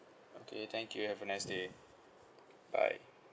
okay thank you have a nice day bye